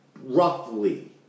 Roughly